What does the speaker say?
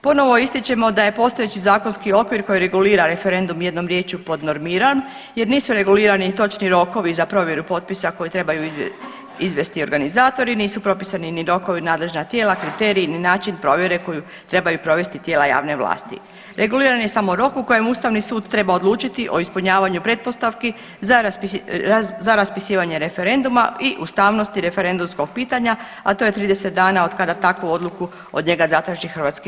Ponovo ističemo da je postojeći zakonski okvir koji regulira referendum jednom riječju podnormiran jer nisu regulirani točni rokovi za provjeru potpisa koje trebaju izvesti organizatori, nisu propisani ni rokovi, ni nadležna tijela, kriteriji, ni način provjere koju trebaju provesti tijela javne vlasti, reguliran je samo rok u kojem ustavni sud treba odlučiti o ispunjavanju pretpostavki za raspisivanje referenduma i ustavnosti referendumskog pitanja, a to je 30 dana otkada takvu odluku od njega zatraži HS.